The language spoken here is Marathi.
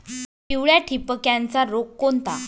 पिवळ्या ठिपक्याचा रोग कोणता?